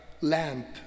lamp